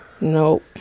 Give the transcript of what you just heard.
Nope